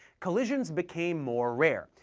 collisions became more rare,